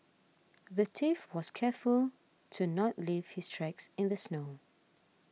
the thief was careful to not leave his tracks in the snow